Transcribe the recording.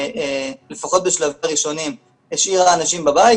לפחות בשלבים הראשונים השאירה אנשים בבית,